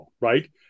right